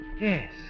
Yes